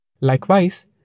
Likewise